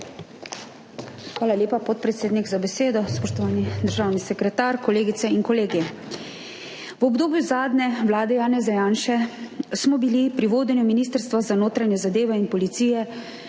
Hvala lepa, podpredsednik, za besedo. Spoštovani državni sekretar, kolegice in kolegi! V obdobju zadnje vlade Janeza Janše smo bili pri vodenju Ministrstva za notranje zadeve in policije